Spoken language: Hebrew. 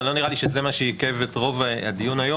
לא נראה לי שזה מה שעיכב את רוב הדיון היום.